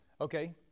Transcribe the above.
Okay